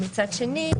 מצד שני,